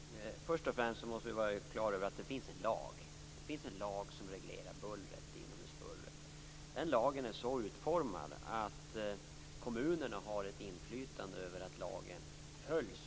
Herr talman! Först och främst måste vi vara klara över att det finns en lag som reglerar inomhusbullret. Den lagen är så utformad att kommunerna har ett ansvar för att lagen efterlevs.